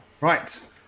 Right